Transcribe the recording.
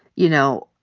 you know,